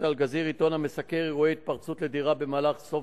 עיתון המסקר אירועי התפרצות לדירה במהלך סוף